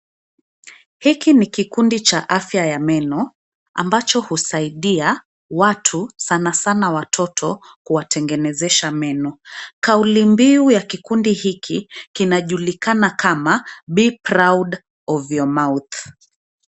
Hiki ni kikundi cha afya ya meno, ambacho husaidia watu sanasana watoto , kuwa tengenezesha meno. Kauli mbiu ya kikundi hiki kinajulikana kama be proud of your mouth.